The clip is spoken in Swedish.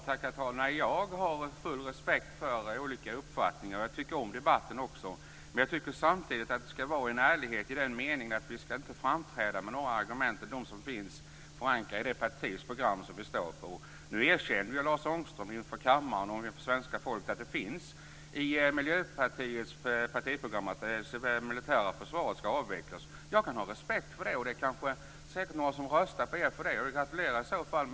Herr talman! Jag har full respekt för olika uppfattningar, och jag tycker också om debatten. Men jag tycker samtidigt att man ska visa en ärlighet i den meningen att man inte ska framträda med några andra argument än de som är förankrade i det partiprogram som man utgår från. Nu erkände Lars Ångström för kammarens ledamöter och för svenska folket att det i Miljöpartiets partiprogram står att det militära försvaret ska avvecklas. Jag kan ha respekt för det. Det finns säkert några som röstar på er för det, och jag gratulerar i så fall.